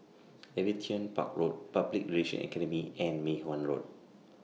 Aviation Park Road Public Relation Academy and Mei Hwan Road